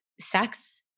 sex